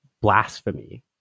blasphemy